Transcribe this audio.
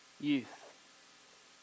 youth